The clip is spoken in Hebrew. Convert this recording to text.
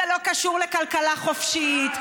זה לא קשור לכלכלה חופשית.